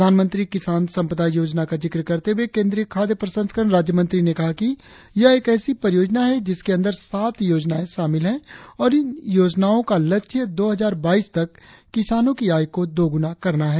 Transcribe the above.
प्रधानमंत्री किसान संपदा योजना का जिक्र करते हुए केंद्रीय खाद्य प्रसंस्करण राज्य मंत्री ने कहा कि यह एक ऐसी परियोजना है जिसके अंदर सात योजनाएं शामिल है और इन योजनाओं का लक्ष्य दो हजार बाईस तक किसानों की आय को दोगुना करना है